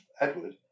Edward